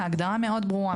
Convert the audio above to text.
ההגדרה מאוד ברורה.